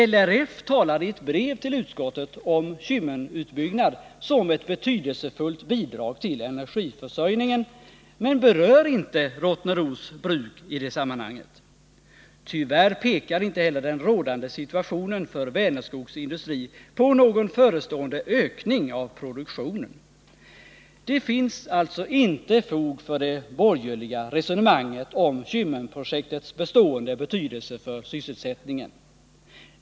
LRF talar i ett brev till utskottet om Kymmenutbyggnad som ett betydelsefullt bidrag till energiförsörjningen men berör inte Rottneros bruk i det sammanhanget. Tyvärr tyder inte den rådande situationen för Vänerskogs industri på någon förestående ökning av produktionen. Det finns alltså inte fog för det borgerliga resonemanget om Kymmenprojektets bestående betydelse för sysselsättningen.